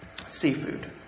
seafood